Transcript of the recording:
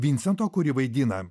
vincento kurį vaidina